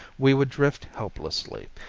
we would drift helplessly.